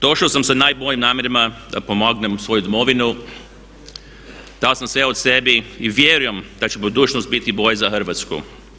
Došao sam sa najboljim namjerama da pomognem svojoj Domovini, dao sam sve od sebe i vjerujem da će budućnost biti bolja za Hrvatsku.